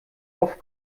auf